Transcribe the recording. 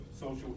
social